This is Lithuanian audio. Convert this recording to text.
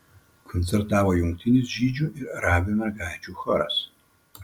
koncertavo jungtinis žydžių ir arabių mergaičių choras